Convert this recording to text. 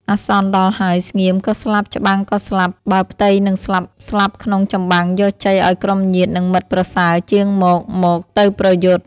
អាសន្នដល់ហើយស្ងៀម ក៏ស្លាប់ច្បាំងក៏ស្លាប់ បើផ្ទៃនឹងស្លាប់ៗក្នុងចម្បាំងយកជ័យឱ្យក្រុមញាតិនិងមិត្តប្រសើរ ជាងមក ! មក! ទៅប្រយុទ្ធ” ។